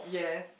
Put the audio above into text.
yes